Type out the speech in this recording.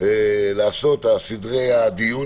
סדרי הדיון,